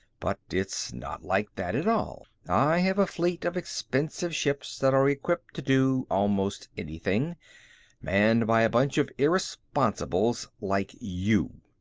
but its not like that at all. i have a fleet of expensive ships that are equipped to do almost anything manned by a bunch of irresponsibles like you.